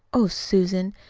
oh, susan,